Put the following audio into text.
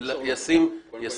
נכון,